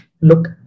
look